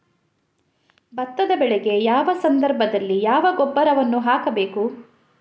ಭತ್ತದ ಬೆಳೆಗೆ ಯಾವ ಸಂದರ್ಭದಲ್ಲಿ ಯಾವ ಗೊಬ್ಬರವನ್ನು ಹಾಕಬೇಕು?